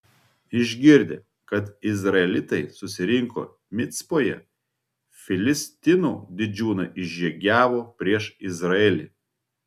išgirdę kad izraelitai susirinko micpoje filistinų didžiūnai išžygiavo prieš izraelį